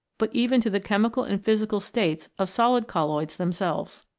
but even to the chemical and physical states of solid colloids themselves.